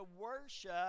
worship